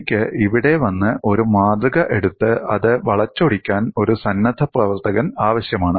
എനിക്ക് ഇവിടെ വന്ന് ഒരു മാതൃക എടുത്ത് അത് വളച്ചൊടിക്കാൻ ഒരു സന്നദ്ധപ്രവർത്തകൻ ആവശ്യമാണ്